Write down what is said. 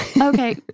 Okay